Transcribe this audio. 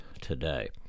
today